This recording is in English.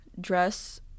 dress